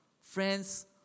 friends